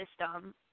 system